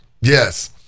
Yes